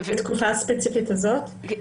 בתקופה הספציפית הזאת?